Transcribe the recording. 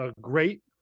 great